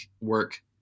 work